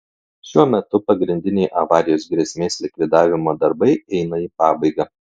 šiuo metu pagrindiniai avarijos grėsmės likvidavimo darbai eina į pabaigą